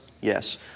Yes